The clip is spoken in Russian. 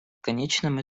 конечном